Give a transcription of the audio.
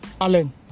Alan